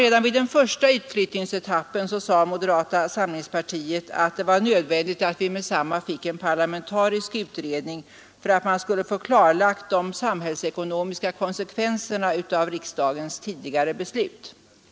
Redan inför den första utflyttningsetappen sade moderata samlingspartiet att det var nödvändigt att vi fick en parlamentarisk utredning för att de samhällsekonomiska konsekvenserna av riksdagens tidigare beslut skulle bli klarlagda.